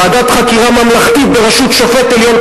ועדת חקירה ממלכתית בראשות שופט עליון,